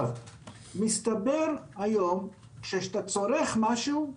מסתבר היום שכשאתה צורך משהו,